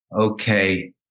Okay